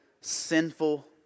sinful